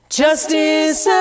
justice